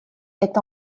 est